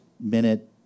minute